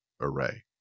array